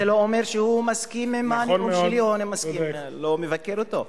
זה לא אומר שהוא מסכים עם הנאום שלי או מבקר אותו.